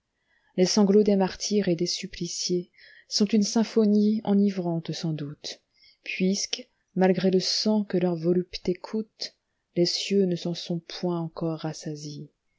les sanglots des martyrs et des suppliciéssont une symphonie onivrante sans doute puisque malgré le sang que leur volupté coûte les cieux ne s'en sont point encor rassasiés